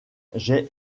j’ai